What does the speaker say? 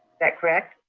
that correct?